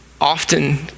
often